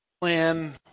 plan